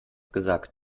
gesagt